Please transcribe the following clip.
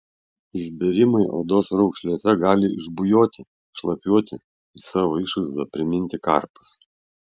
išbėrimai odos raukšlėse gali išbujoti šlapiuoti ir savo išvaizda priminti karpas